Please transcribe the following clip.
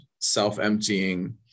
self-emptying